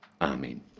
Amen